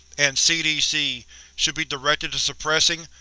and cdc should be directed to suppressing,